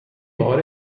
war